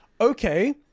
okay